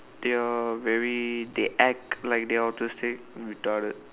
they are very they act like they autistic and retarded